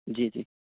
جی جی